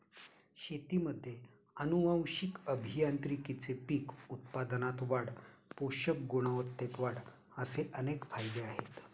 शेतीमध्ये आनुवंशिक अभियांत्रिकीचे पीक उत्पादनात वाढ, पोषक गुणवत्तेत वाढ असे अनेक फायदे आहेत